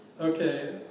Okay